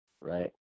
right